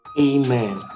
Amen